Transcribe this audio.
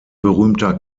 berühmter